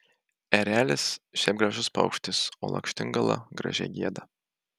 erelis šiaip gražus paukštis o lakštingala gražiai gieda